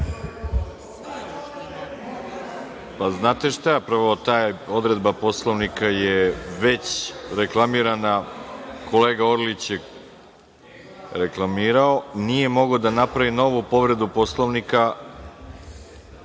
Znate šta, prvo ta odredba Poslovnika je već reklamirana, kolega Orlić je reklamirao, nije mogao da napravi novu povredu Poslovnika